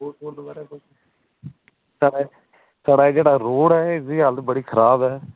साढ़ा जेह्ड़ा एह् रोड़ ऐ इसदी एह् हालत बड़ी खराब ऐ